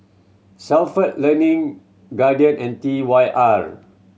Stalford Learning Guardian and T Y R